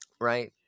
right